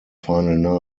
final